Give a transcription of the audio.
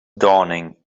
dawning